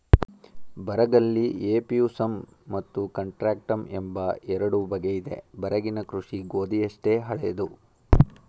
ಬರಗಲ್ಲಿ ಎಫ್ಯೂಸಮ್ ಮತ್ತು ಕಾಂಟ್ರಾಕ್ಟಮ್ ಎಂಬ ಎರಡು ಬಗೆಯಿದೆ ಬರಗಿನ ಕೃಷಿ ಗೋಧಿಯಷ್ಟೇ ಹಳೇದು